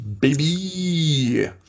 Baby